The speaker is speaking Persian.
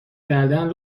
کردن